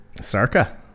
Sarka